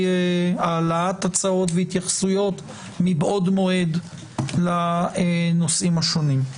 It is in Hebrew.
העלאת הצעות והתייחסויות מבעוד מועד לנושאים השונים.